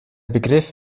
begriff